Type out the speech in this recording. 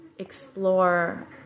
explore